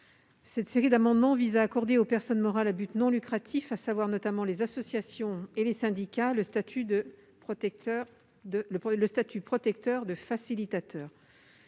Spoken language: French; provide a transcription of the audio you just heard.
Cette série d'amendements vise à accorder aux personnes morales à but non lucratif, à savoir notamment les associations et les syndicats, le statut protecteur de facilitateur,